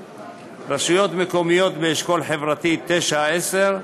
4. רשויות מקומיות באשכול חברתי 9 ו-10,